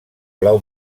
blau